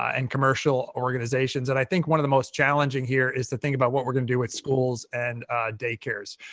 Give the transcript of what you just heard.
and commercial organizations and i think one of the most challenging here is the thing about what we're going to do with schools and daycares.